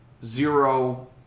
Zero